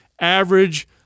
average